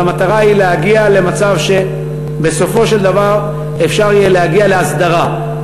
אבל המטרה היא להגיע למצב שבסופו של דבר אפשר יהיה להגיע להסדרה.